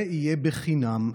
זה יהיה בחינם.